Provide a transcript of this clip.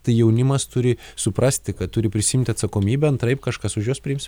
tai jaunimas turi suprasti kad turi prisiimti atsakomybę antraip kažkas už juos priims